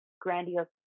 grandiose